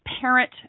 parent